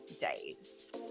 days